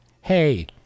Hey